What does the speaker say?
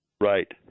Right